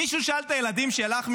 מישהו שאל את הילדים שלך,